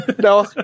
No